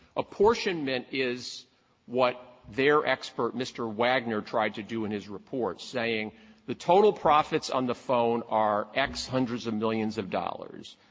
apportionment is what their expert, mr. wagner, tried to do in his report saying the total profits on the phone are x hundreds of millions of dollars,